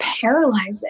paralyzing